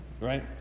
Right